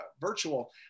virtual